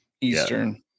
Eastern